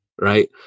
right